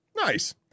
Nice